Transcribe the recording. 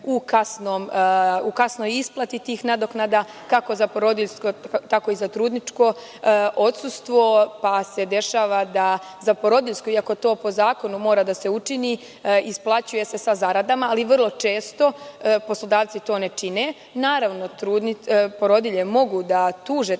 u kasnoj isplati tih nadoknada, kako za porodiljsko, tako i za trudničko odsustvo, pa se dešava da za porodiljsko, iako to po zakonu mora da se učini isplaćuje se za zaradama, ali vrlo često poslodavci to ne čine. Naravno, porodilje mogu da tuže